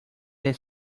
del